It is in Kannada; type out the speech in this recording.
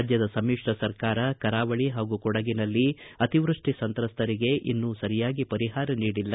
ರಾಜ್ಯದ ಸಮಿಶ್ರ ಸರ್ಕಾರ ಕರಾವಳಿ ಹಾಗೂ ಕೊಡಗಿನಲ್ಲಿ ಅತಿವೃಸ್ಟಿ ಸಂತ್ರಸ್ತರಿಗೆ ಇನ್ನೂ ಸರಿಯಾಗಿ ಪರಿಹಾರ ನೀಡಿಲ್ಲ